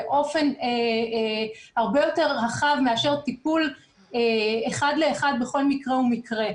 באופן הרבה יותר רחב מאשר טיפול אחד לאחד בכל מקרה ומקרה.